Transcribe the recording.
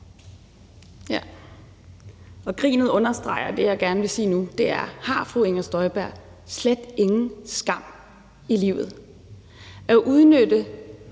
Grinet understreger det, jeg gerne vil sige nu, og det er: Har fru Inger Støjberg slet ingen skam i livet? At udnytte